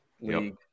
league